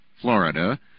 Florida